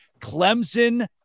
Clemson